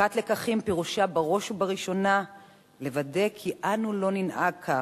והפקת לקחים פירושה בראש ובראשונה לוודא כי אנו לא ננהג כך,